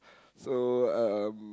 so um